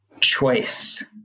choice